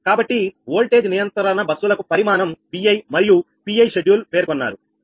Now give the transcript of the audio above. కాబట్టి వోల్టేజ్ నియంత్రణ బస్సులకు పరిమాణం Vi మరియు Pi షెడ్యూల్ పేర్కొన్నారు